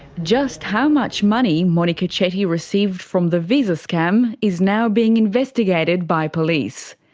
just how much money monika chetty received from the visa scam is now being investigated by police.